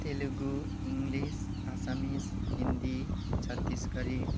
Telugu English Asami Hindi Chhattisgarhi